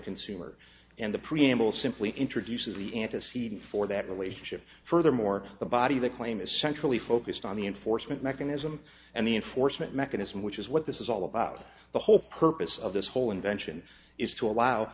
consumer and the preamble simply introduces the antecedent for that relate chip furthermore the body they claim is centrally focused on the enforcement mechanism and the enforcement mechanism which is what this is all about the whole purpose of this whole invention is to allow